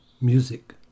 music